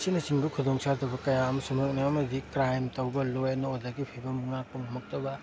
ꯑꯁꯤꯅꯆꯤꯡꯕ ꯈꯨꯗꯣꯡ ꯆꯥꯗꯕ ꯀꯌꯥ ꯑꯃꯁꯨ ꯃꯥꯏꯌꯣꯛꯅꯩ ꯑꯃꯗꯤ ꯀ꯭ꯔꯥꯏꯝ ꯇꯧꯕ ꯂꯣ ꯑꯦꯟ ꯑꯣꯗꯔꯒꯤ ꯐꯤꯕꯝ ꯉꯥꯛꯄ ꯉꯝꯃꯛꯇꯕ